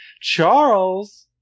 charles